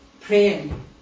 praying